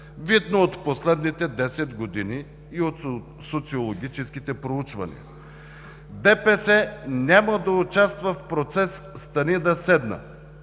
видно от последните десет години и от социологическите проучвания. ДПС няма да участва в процес „стани да седна“,